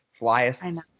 flyest